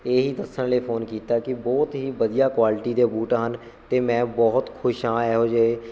ਇਹੀ ਦੱਸਣ ਲਈ ਫੋਨ ਕੀਤਾ ਕਿ ਬਹੁਤ ਹੀ ਵਧੀਆ ਕੁਆਲਿਟੀ ਦੇ ਬੂਟ ਹਨ ਅਤੇ ਮੈਂ ਬਹੁਤ ਖੁਸ਼ ਹਾਂ ਇਹੋ ਜਿਹੇ